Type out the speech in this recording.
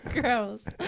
Gross